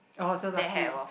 oh so lucky